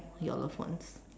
your loved ones